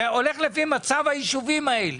וזה הולך לפי מצב היישובים האלה.